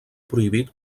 prohibit